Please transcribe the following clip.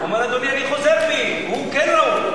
הוא אמר: אדוני, אני חוזר בי, הוא כן ראוי.